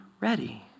ready